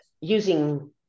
using